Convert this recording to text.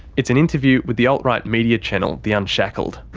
it's an interview with the alt-right media channel the unshackled'.